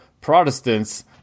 protestants